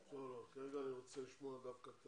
כרגע אני רוצה לשמוע דווקא את